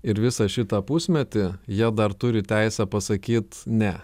ir visą šitą pusmetį jie dar turi teisę pasakyt ne